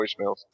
voicemails